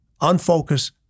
unfocus